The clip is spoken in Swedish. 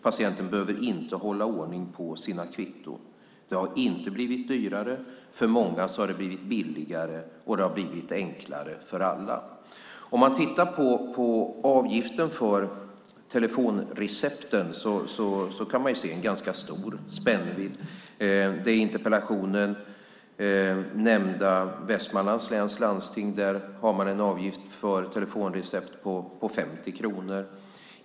Patienten behöver inte hålla ordning på sina kvitton. Det har inte blivit dyrare. För många har det blivit billigare, och det har blivit enklare för alla. Om man tittar på avgiften för telefonrecepten kan man se en ganska stor spännvidd. Det i interpellationen nämnda Västmanlands läns landsting har man en avgift för telefonrecept på 50 kronor.